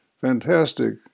fantastic